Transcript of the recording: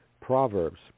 Proverbs